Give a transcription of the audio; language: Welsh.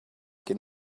cyn